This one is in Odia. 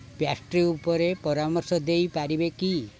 ପ୍ୟାଷ୍ଟ୍ରି ଉପରେ ପରାମର୍ଶ ଦେଇ ପାରିବେ କି